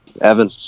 Evan